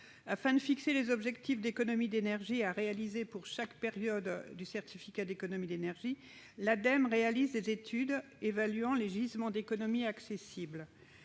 Afin de fixer les objectifs d'économies d'énergie à réaliser pour chaque période du certificat d'économies d'énergie, l'Ademe réalise des études évaluant les gisements d'économies accessibles.